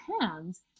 hands